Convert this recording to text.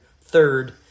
third